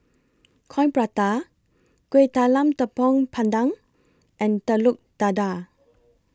Coin Prata Kueh Talam Tepong Pandan and Telur Dadah